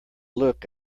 look